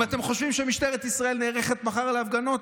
אם אתם חושבים שמשטרת ישראל נערכת מחר להפגנות,